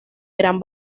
gran